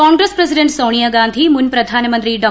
Congress president Sonia Gandhi മുൻ പ്രധാനമന്ത്രി ഡോ